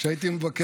שהייתי מבקש,